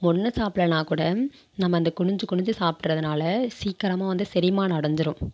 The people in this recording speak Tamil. ஒன்றும் சாப்பிட்லன்னாக் கூட நம்ம அந்த குனிஞ்சு குனிஞ்சு சாப்பிட்றதுனால சீக்கிரமா வந்து செரிமானம் அடைஞ்சிரும்